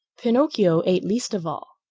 pinocchio ate least of all.